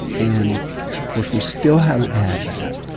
and of course, we still haven't had that.